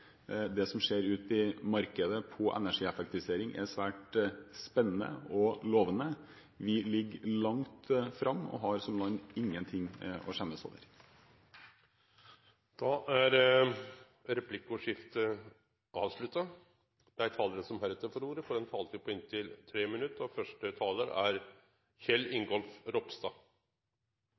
det som skjer ute i markedet med hensyn til energieffektivisering, er svært spennende og lovende. Vi ligger langt framme og har som land ingenting å skjemmes over. Replikkordskiftet er avslutta. Dei talarane som heretter får ordet, har ei taletid på inntil